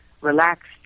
relaxed